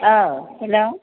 औ हेलौ